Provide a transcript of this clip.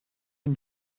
une